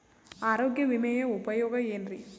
ಆರೋಗ್ಯ ವಿಮೆಯ ಉಪಯೋಗ ಏನ್ರೀ?